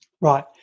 Right